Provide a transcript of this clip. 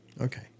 Okay